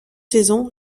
saison